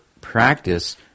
practice